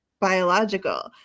biological